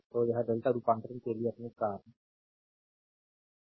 तो यह डेल्टा रूपांतरण के लिए अपने स्टार है